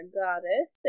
goddess